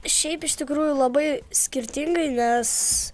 šiaip iš tikrųjų labai skirtingai nes